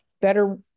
better